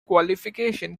qualification